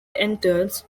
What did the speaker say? enters